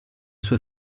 sue